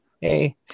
Hey